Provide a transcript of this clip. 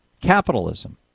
capitalism